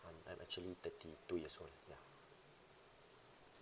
I'm I'm actually thirty two years old ya